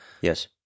yes